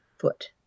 foot